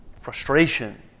frustration